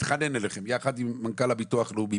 התחנן אליכם יחד עם מנכ"ל הביטוח הלאומי,